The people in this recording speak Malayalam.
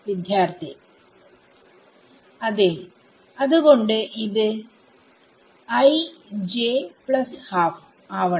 അതേ അത്കൊണ്ട് ഇത് ആവണം